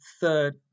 third